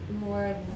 more